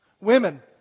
Women